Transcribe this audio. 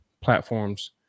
platforms